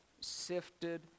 sifted